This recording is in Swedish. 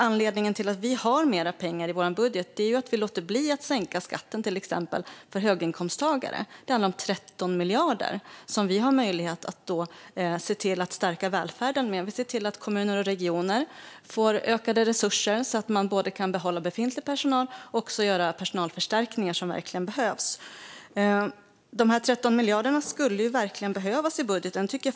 Anledningen till att vi har mer pengar i vår budget är att vi till exempel låter bli att sänka skatten för höginkomsttagare. Det handlar om 13 miljarder kronor som vi har möjlighet att se till att stärka välfärden med. Vi ser till att kommuner och regioner får ökade resurser så att de både kan behålla befintlig personal och göra personalförstärkningar som verkligen behövs. Dessa 13 miljarder kronor skulle verkligen behövas i budgeten.